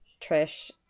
Trish